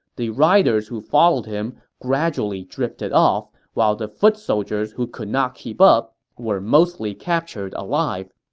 the riders who followed him gradually drifted off, while the foot soldiers who could not keep up were mostly captured alive.